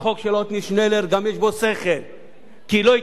כי לא ייתכן שיבואו ויביאו בהצעת חוק